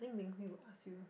I think Ming-Hui will ask you